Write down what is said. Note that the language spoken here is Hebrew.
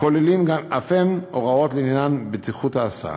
כוללים אף הם הוראות לעניין בטיחות ההסעה.